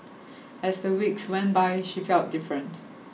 as the weeks went by she felt different